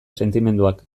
sentimenduak